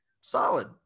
solid